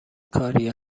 کاریه